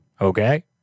okay